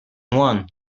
one